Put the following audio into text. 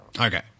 okay